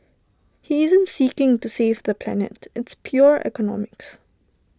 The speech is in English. he isn't seeking to save the planet it's pure economics